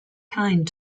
kind